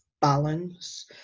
balance